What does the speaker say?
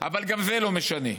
אבל זה לא משנה.